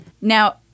Now